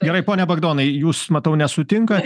gerai pone bagdonai jūs matau nesutinkat